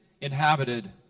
inhabited